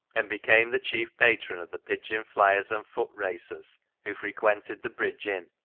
and became the chief patron of the pigeon-fliers and foot racers who frequented the bridge inn,